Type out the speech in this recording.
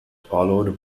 followed